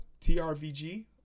trvg